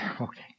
Okay